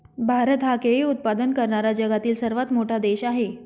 भारत हा केळी उत्पादन करणारा जगातील सर्वात मोठा देश आहे